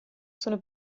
sono